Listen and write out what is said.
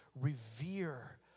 revere